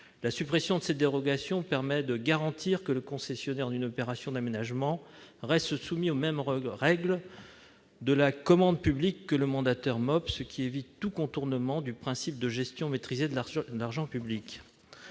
La suppression de cette dérogation permet de garantir que le concessionnaire d'une opération d'aménagement reste soumis aux mêmes règles de la commande publique que le mandataire MOP. Cela évite tout contournement du principe de gestion maîtrisée de l'argent public.